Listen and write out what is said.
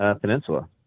Peninsula